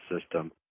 system